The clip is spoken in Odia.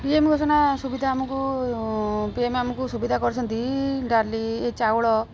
ପି ଏମ ଘୋଷଣା ସୁବିଧା ଆମକୁ ପି ଏମ ଆମକୁ ସୁବିଧା କରିଛନ୍ତି ଡାଲି ଏ ଚାଉଳ